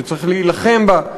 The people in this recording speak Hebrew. שצריך להילחם בה,